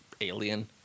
alien